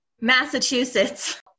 Massachusetts